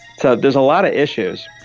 so there's a lot of issues.